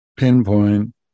pinpoint